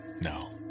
No